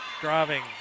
Driving